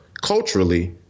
culturally